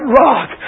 rock